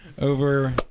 Over